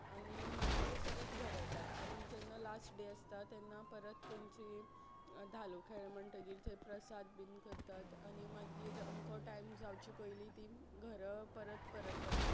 आनी मागीर परत घरा येतात आनी जेन्ना लास्ट डे आसता तेन्ना परत तांची धालो खेळ्ळे म्हणटकच थंय प्रसाद बीन करतात आनी मागीर अमको टायम जावचे पयलीं तीं घरा परत परतात